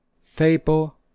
fable